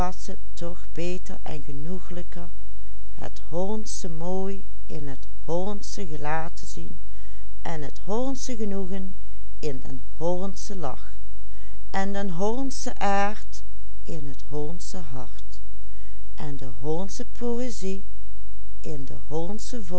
gelaat te zien en het hollandsche genoegen in den hollandschen lach en den hollandschen aard in het hollandsche hart en de hollandsche poëzie in de